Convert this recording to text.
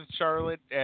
Charlotte